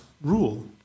rule